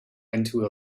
into